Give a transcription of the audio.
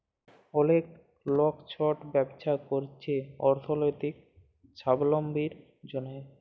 অলেক লক ছট ব্যবছা ক্যইরছে অথ্থলৈতিক ছাবলম্বীর জ্যনহে